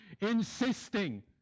insisting